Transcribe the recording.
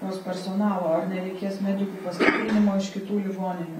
jos personalo ar nereikės medikų paskolinimo iš kitų ligoninių